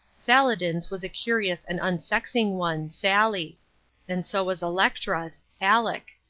saladin's was a curious and unsexing one sally and so was electra's aleck.